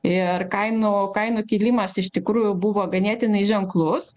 ir kainų kainų kilimas iš tikrųjų buvo ganėtinai ženklus